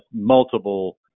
multiple